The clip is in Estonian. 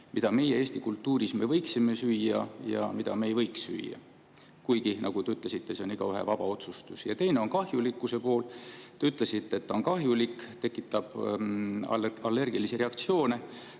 mida meie eesti kultuuris võiksime süüa ja mida me ei võiks süüa? Kuigi, nagu te ütlesite, see on igaühe vaba otsustus. Ja teine pool on kahjulikkus. Te ütlesite, et see on kahjulik, tekitab allergilisi reaktsioone.